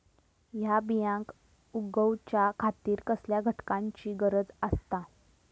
हया बियांक उगौच्या खातिर कसल्या घटकांची गरज आसता?